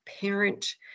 parent